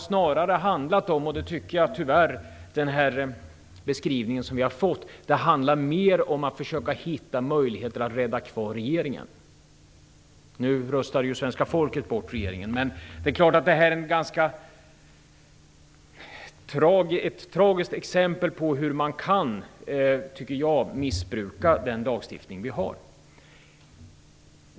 Snarare har det handlat mera om att försöka att hitta möjligheter för att rädda kvar den förra regeringen. Nu röstade ju svenska folket bort den regeringen, men det här är ett ganska tragiskt exempel på hur man kan missbruka den lagstiftning som vi har.